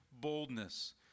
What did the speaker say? boldness